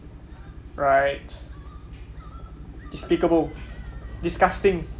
right despicable disgusting